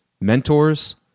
Mentors